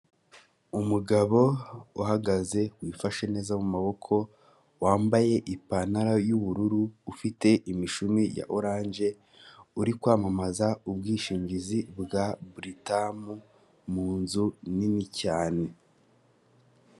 Umugabo uhagaze wifashe neza mu maboko wambaye ipantaro y'ubururu ufite imishumi ya oranje uri kwamamaza ubwishingizi bwa buritamu munzu nini cyane.